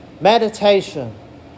Meditation